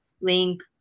link